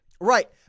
Right